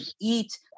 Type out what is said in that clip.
eat